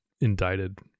indicted